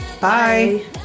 bye